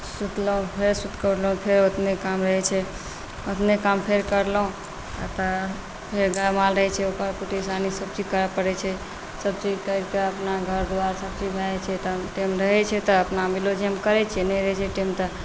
सुतलहुँ फेर सुति कऽ उठलहुँ फेर ओतने काम रहैत छै ओतने काम फेर करलहुँ एतय फेर गाए माल रहैत छै ओकर कुट्टी सानी सभचीज करय पड़ैत छै सभचीज करि कऽ अपना घर द्वार सभचीज भए जाइत छै तहन टाइम रहैत छै तऽ अपना ब्लाऊज हेम करैत छियै नहि रहैत छै टाइम तऽ